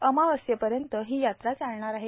अमावस्येपर्यंत ही यात्रा चालणार आहे